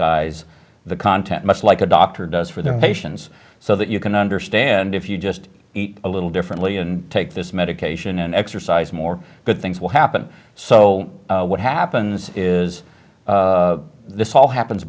eyes the content much like a doctor does for their patients so that you can understand if you just eat a little differently and take this medication and exercise more good things will happen so what happens is this all happens